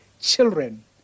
children